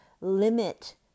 limit